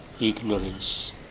ignorance